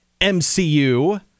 MCU